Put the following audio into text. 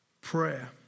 Prayer